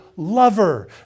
Lover